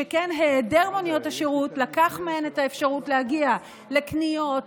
שכן היעדר מוניות השירות לקח מהם את האפשרות להגיע לקניות,